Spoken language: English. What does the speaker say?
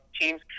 Teams